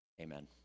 Amen